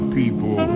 people